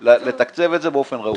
מהם לתקצב את זה באופן ראוי.